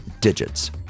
digits